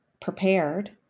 prepared